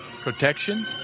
protection